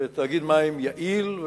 תאגיד מים יעיל.